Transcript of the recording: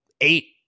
Eight